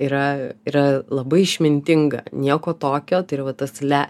yra yra labai išmintinga nieko tokio tai yra va tas le